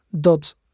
dot